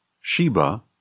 Sheba